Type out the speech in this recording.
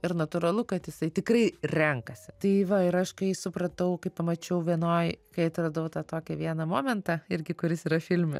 ir natūralu kad jisai tikrai renkasi tai va ir aš kai supratau kai pamačiau vienoj kai atradau tą tokią vieną momentą irgi kuris yra filme